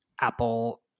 Apple